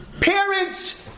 Parents